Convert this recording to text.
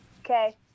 Okay